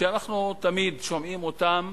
שאנחנו תמיד שומעים אותם